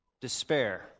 despair